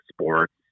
sports